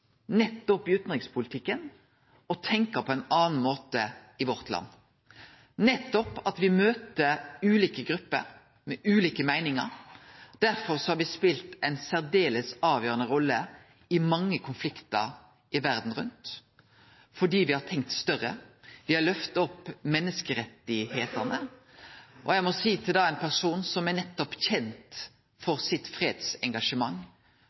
nettopp i utanrikspolitikken å tenkje på ein annan måte i vårt land, at vi møter ulike grupper med ulike meiningar. Derfor har me spelt ei særs avgjerande rolle i mange konfliktar verda rundt, fordi me har tenkt større, me har løfta opp menneskerettane. Her snakkar me om ein person som nettopp er kjent for sitt fredsengasjement,